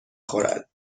خورد